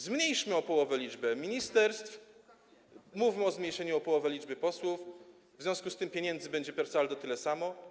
Zmniejszmy o połowę liczbę ministerstw, mówmy o zmniejszeniu o połowę liczby posłów, w związku z tym pieniędzy będzie per saldo tyle samo.